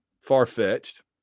far-fetched